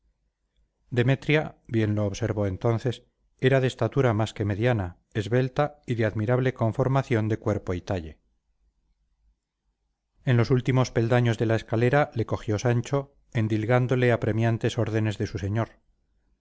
demetria bien lo observó entonces era de estatura más que mediana esbelta y de admirable conformación de cuerpo y talle en los últimos peldaños de la escalera le cogió sancho endilgándole apremiantes órdenes de su señor